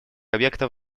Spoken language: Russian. объектов